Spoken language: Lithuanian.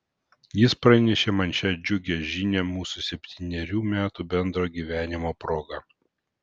jis pranešė man šią džiugią žinią mūsų septynerių metų bendro gyvenimo proga